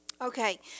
Okay